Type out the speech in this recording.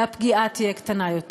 והפגיעה תהיה קטנה יותר.